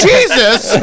Jesus